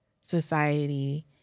society